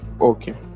Okay